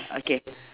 okay